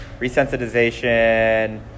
resensitization